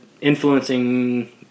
influencing